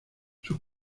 sus